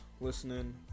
listening